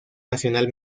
nacional